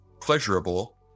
pleasurable